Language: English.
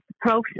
process